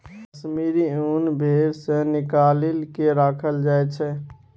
कश्मीरी ऊन भेड़ सँ निकालि केँ राखल जाइ छै